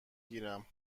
گیرم